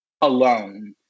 alone